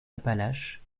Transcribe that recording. appalaches